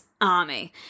ARMY